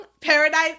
paradise